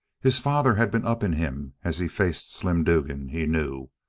his father had been up in him as he faced slim dugan, he knew.